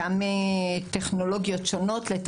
מטעמי טכנולוגיות שונות המוסד לביטוח לאומי איננו